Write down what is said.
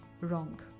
Wrong